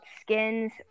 skins